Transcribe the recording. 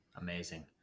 Amazing